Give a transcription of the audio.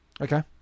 Okay